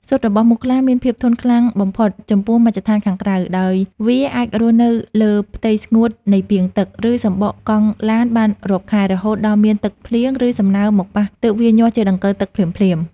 ស៊ុតរបស់មូសខ្លាមានភាពធន់ខ្លាំងបំផុតចំពោះមជ្ឈដ្ឋានខាងក្រៅ ដោយវាអាចរស់នៅលើផ្ទៃស្ងួតនៃពាងទឹក ឬសំបកកង់ឡានបានរាប់ខែ រហូតដល់មានទឹកភ្លៀង ឬសំណើមមកប៉ះទើបវាញាស់ជាដង្កូវទឹកភ្លាមៗ។